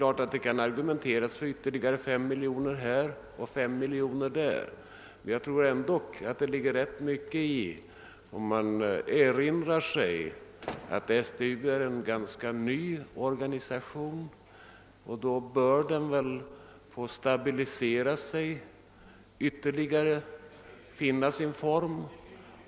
Man kan givetvis argumentera för ytterligare 5 miljoner kronor här och 3 miljoner kronor där, men man skall nog tänka på att STU är en ganska ny organisation som bör få stabilisera sig ytterligare och finna sin form.